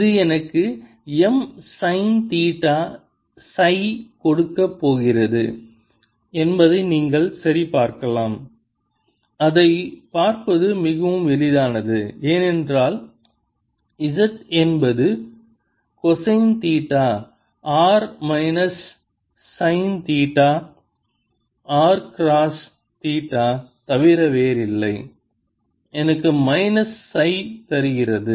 இது எனக்கு M sine theta psi கொடுக்கப் போகிறது என்பதை நீங்கள் சரிபார்க்கலாம் அதைப் பார்ப்பது மிகவும் எளிதானது ஏனென்றால் z என்பது cosine theta r minus sine theta r cross theta தவிர வேறில்லை எனக்கு மைனஸ் சை தருகிறது